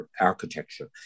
architecture